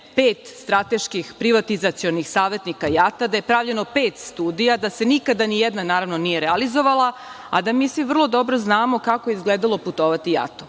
pet strateških privatizacionih savetnika JAT, da je pravljeno pet studija, da se nikada nijedna nije realizovala, a da mi svi vrlo dobro znamo kako je izgledalo putovati JAT.U